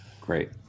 Great